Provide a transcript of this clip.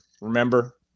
Remember